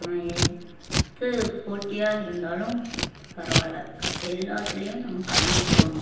நம்ம எது போட்டியாக இருந்தாலும் பரவாயில்லை க எல்லாத்திலேயும் நம்ம கலந்துக்கிடணும்